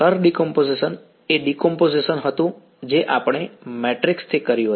શર ડીકંપોઝિશન એ ડીકંપોઝિશન હતું જે આપણે મેટ્રિક્સ થી કર્યું હતું